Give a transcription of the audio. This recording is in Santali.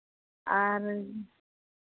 ᱟᱨ